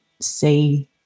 see